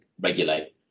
regulate